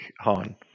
Han